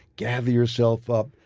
gather yourself up,